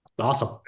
Awesome